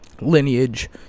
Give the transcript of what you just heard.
lineage